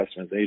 customization